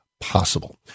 Possible